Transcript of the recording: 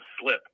slip